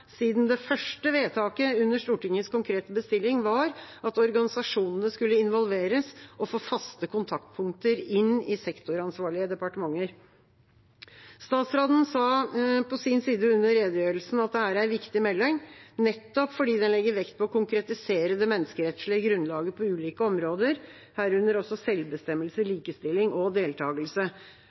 siden det første vedtaket under Stortingets konkrete bestilling var at organisasjonene skulle involveres og få faste kontaktpunkter inn i sektoransvarlige departementer. Statsråden på sin side sa under redegjørelsen at det er en viktig melding, nettopp fordi den legger vekt på å konkretisere det menneskerettslige grunnlaget på ulike områder, herunder selvbestemmelse, likestilling og deltakelse.